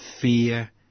fear